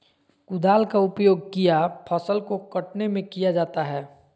कुदाल का उपयोग किया फसल को कटने में किया जाता हैं?